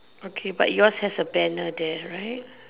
but yours have a banner there right okay